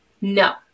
No